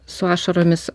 su ašaromis